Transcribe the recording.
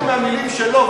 במילים שלו.